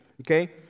okay